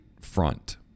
front